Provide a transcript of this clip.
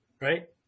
right